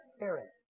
Aaron